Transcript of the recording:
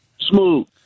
Smooth